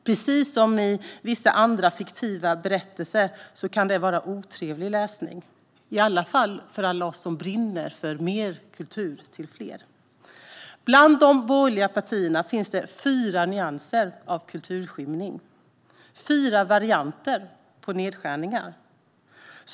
Precis som att vissa fiktiva berättelser kan vara otrevliga att läsa kan det här vara otrevlig läsning, i alla fall för oss som brinner för mer kultur till fler. Bland de borgerliga partierna finns det fyra nyanser av kulturskymning. Det finns fyra varianter av nedskärningar.